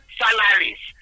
salaries